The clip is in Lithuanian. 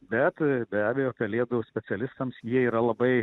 bet be abejo pelėdų specialistams jie yra labai